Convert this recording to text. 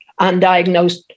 undiagnosed